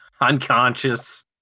Unconscious